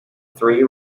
three